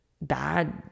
bad